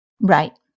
Right